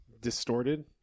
distorted